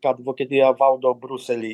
kad vokietija valdo briuselį